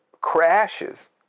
crashes